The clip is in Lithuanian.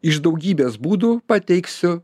iš daugybės būdų pateiksiu